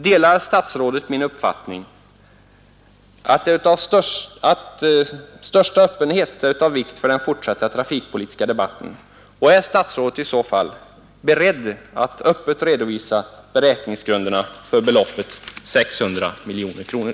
Delar statsrådet min uppfattning att största öppenhet är av vikt för den fortsatta trafikpolitiska debatten, och är statsrådet i så fall beredd att öppet redovisa beräkningsgrunderna för beloppet 600 miljoner kronor?